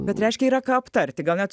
bet reiškia yra ką aptarti gal net